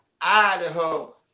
idaho